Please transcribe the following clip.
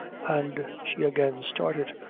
and she again started.